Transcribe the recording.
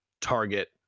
target